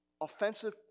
offensive